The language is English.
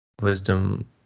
wisdom